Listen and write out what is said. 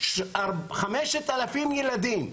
יש שם 5,000 ילדים.